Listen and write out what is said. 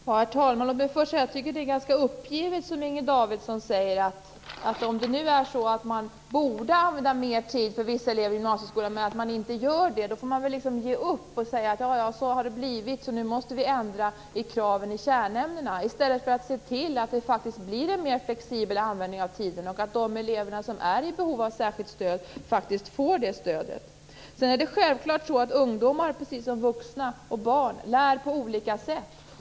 Herr talman! Låt mig först säga att jag tycker att det är ganska uppgivet att resonera som Inger Davidson gör: Om det nu är så att man borde använda mer tid för vissa elever i gymnasieskolan men man inte gör det så får man väl ge upp. Man säger alltså: Så har det blivit, så nu måste vi ändra kraven i kärnämnena. I stället borde man se till att det blir en mer flexibel användning av tiden och att de elever som är i behov av särskilt stöd faktiskt får det stödet. Det är självklart att ungdomar, precis som vuxna och barn, lär på olika sätt.